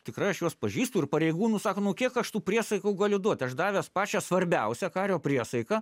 tikrai aš juos pažįstu ir pareigūnų sako nu kiek aš tų priesakų galiu duot aš davęs pačią svarbiausią kario priesaiką